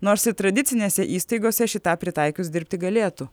nors ir tradicinėse įstaigose šį tą pritaikius dirbti galėtų